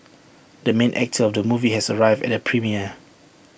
the main actor of the movie has arrived at the premiere